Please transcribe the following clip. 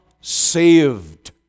saved